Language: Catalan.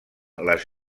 les